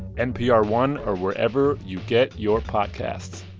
npr one or wherever you get your podcasts